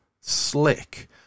slick